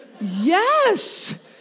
Yes